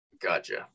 Gotcha